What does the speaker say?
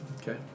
Okay